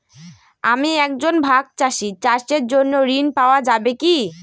আমি একজন ভাগ চাষি চাষের জন্য ঋণ পাওয়া যাবে কি?